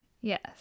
yes